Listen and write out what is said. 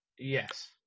yes